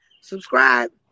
Subscribe